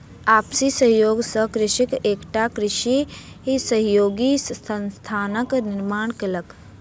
आपसी सहयोग सॅ कृषक एकटा कृषि सहयोगी संस्थानक निर्माण कयलक